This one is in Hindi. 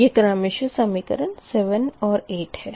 यह क्रमशः समीकरण 7 और 8 है